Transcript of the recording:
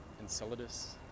Enceladus